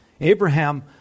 Abraham